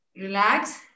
Relax